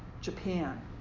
Japan